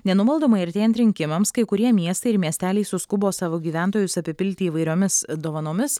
nenumaldomai artėjant rinkimams kai kurie miestai ir miesteliai suskubo savo gyventojus apipilti įvairiomis dovanomis